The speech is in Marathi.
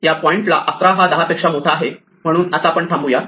या पॉइंटला 11 हा 10 पेक्षा मोठा आहे म्हणून आता आपण थांबू या